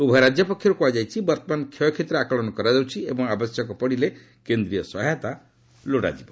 ଉଭୟ ରାଜ୍ୟ ପକ୍ଷରୁ କୁହାଯାଇଛି ବର୍ତ୍ତମାନ କ୍ଷୟକ୍ଷତିର ଆକଳନ କରାଯାଉଛି ଏବଂ ଆବଶ୍ୟକ ପଡ଼ିଲେ କେନ୍ଦ୍ରୀୟ ସହାୟତା ଲୋଡ଼ାଯିବ